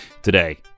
today